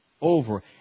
Over